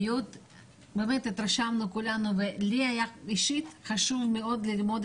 הם יושבים שעות ארוכות, ואני מקבל לחלוטין